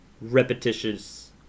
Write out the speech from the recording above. repetitious